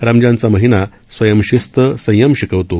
रमजानचा महिना स्वयंशिस्त संयम शिकवतो